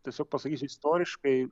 tiesiog pasakysiu istoriškai